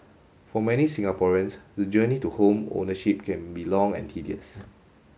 for many Singaporeans the journey to home ownership can be long and tedious